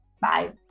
bye